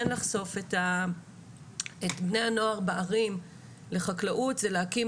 לחשוף את בני הנוער בערים לחקלאות זה להקים